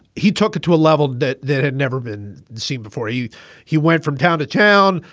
he took it to a level that that had never been seen before. he he went from town to town,